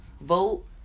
vote